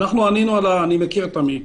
אני מכיר את המקרה.